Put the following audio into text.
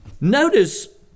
Notice